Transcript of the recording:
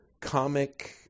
comic